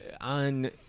On